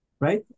right